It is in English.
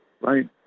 right